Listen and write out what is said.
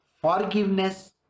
forgiveness